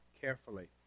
carefully